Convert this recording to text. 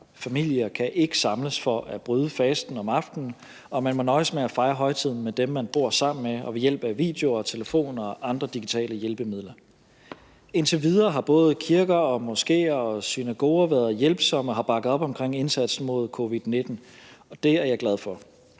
Familier kan ikke samles for at bryde fasten om aftenen, og man må nøjes med at fejre højtiden med dem, man bor sammen med, og ved hjælp af video og telefon og andre digitale hjælpemidler. Indtil videre har både kirker og moskéer og synagoger været hjælpsomme og har bakket op omkring indsatsen mod covid-19, og det er jeg glad for.